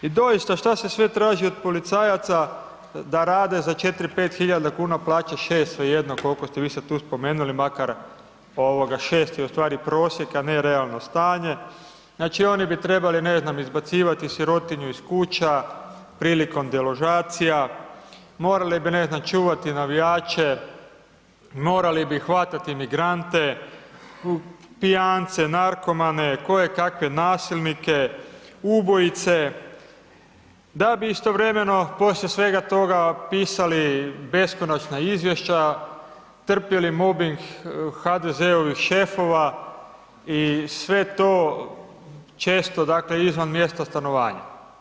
I doista šta se sve traži od policajaca da rade za 4, 5.000 kuna plaće, 6 svejedno koliko ste vi sad tu spomenuli, makar ovoga 6 je u stvari prosjek, a ne realno stanje, znači oni bi trebali ne znam izbacivati sirotinju iz kuća prilikom deložacija, morali bi ne znam čuvati navijače, morali bi hvatat emigrante, pijance, narkomane, koje kakve nasilnike, ubojice, da bi istovremeno poslije svega toga pisali beskonačna izvješća, trpjeli mobing HDZ-ovih šefova i sve to često dakle izvan mjesta stanovanja.